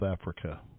Africa